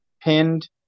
pinned –